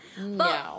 no